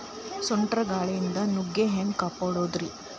ಸುಂಟರ್ ಗಾಳಿಯಿಂದ ನುಗ್ಗಿ ಹ್ಯಾಂಗ ಕಾಪಡೊದ್ರೇ?